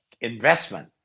investment